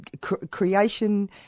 creation